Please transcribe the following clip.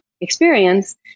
experience